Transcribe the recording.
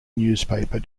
newspaper